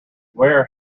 where